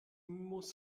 muss